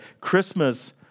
Christmas